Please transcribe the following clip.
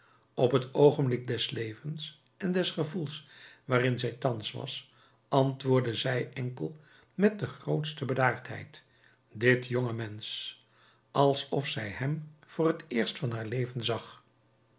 op het oogenblik des levens en des gevoels waarin zij thans was antwoordde zij enkel met de grootste bedaardheid dit jonge mensch alsof zij hem voor het eerst van haar leven zag